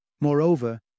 Moreover